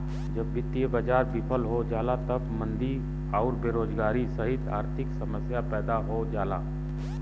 जब वित्तीय बाजार विफल हो जाला तब मंदी आउर बेरोजगारी सहित आर्थिक समस्या पैदा हो जाला